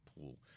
pool